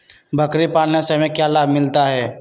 बकरी पालने से हमें क्या लाभ मिलता है?